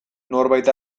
norbait